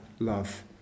Love